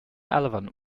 elephant